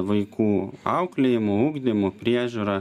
vaikų auklėjimu ugdymu priežiūra